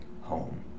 home